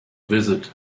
visit